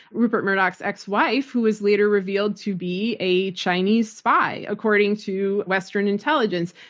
rupert murdoch's ex-wife who was later revealed to be a chinese spy according to western intelligence.